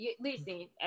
Listen